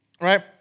right